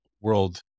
world